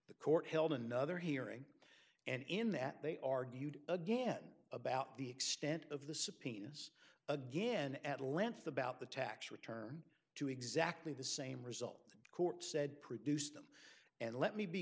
the court held another hearing and in that they argued again about the extent of the subpoenas again at length about the tax return to exactly the same result court said produce them and let me be